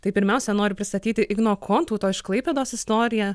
tai pirmiausia noriu pristatyti igno kontauto iš klaipėdos istoriją